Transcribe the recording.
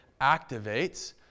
activates